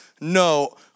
No